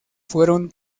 fueron